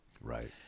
Right